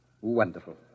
Wonderful